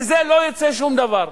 מזה לא יצא שום דבר.